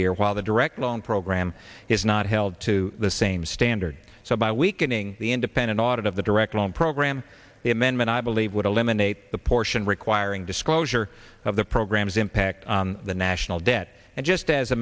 year while the direct loan program is not held to the same standard so by weakening the independent audit of the direct loan program the amendment i believe would eliminate the portion requiring disclosure of the program's impact on the national debt and just as a